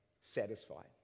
satisfied